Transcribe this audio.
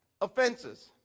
offenses